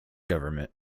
government